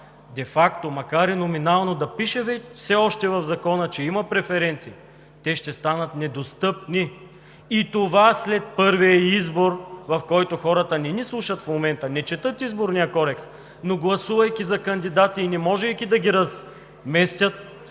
де факто макар и номинално да пише все още в закона, че има преференции, те ще станат недостъпни. И това е след първия избор, в който хората не ни слушат в момента, не четат Изборния кодекс, но гласувайки за кандидати и не можейки да ги разместят,